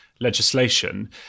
legislation